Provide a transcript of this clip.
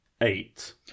eight